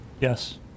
yes